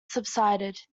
subsided